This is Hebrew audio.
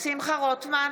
שמחה רוטמן,